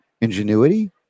ingenuity